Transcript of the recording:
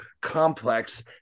complex